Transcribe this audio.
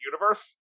universe